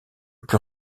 plus